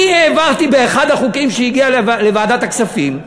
אני העברתי באחד החוקים שהגיע לוועדת הכספים,